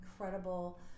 incredible